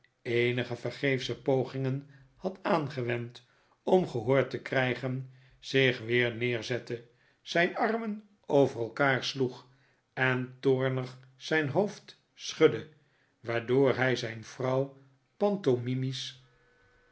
eenige vergeefsche pogingen had aangewend om gehoor te krijgen zich weer neerzette zijn armen over elkaar sloeg en toornig zijn hoofd schudde waardoor hij zijn vrouw